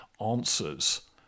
answers